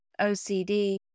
OCD